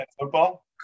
football